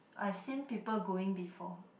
I've seen people going before